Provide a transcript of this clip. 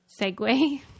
segue